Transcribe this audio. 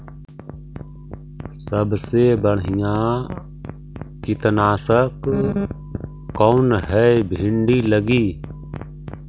सबसे बढ़िया कित्नासक कौन है भिन्डी लगी?